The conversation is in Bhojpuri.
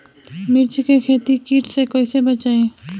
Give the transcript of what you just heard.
मिर्च के खेती कीट से कइसे बचाई?